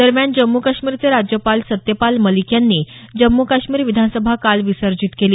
दरम्यान जम्मू काश्मिरचे राज्यपाल सत्यपाल मालिक यांनी जम्मू काश्मीर विधानसभा काल विसर्जीत केली